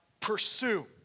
pursue